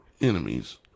enemies